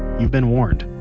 you've been warned.